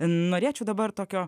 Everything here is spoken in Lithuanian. norėčiau dabar tokio